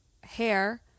hair